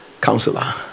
Counselor